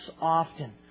often